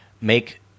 make